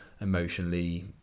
emotionally